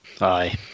Aye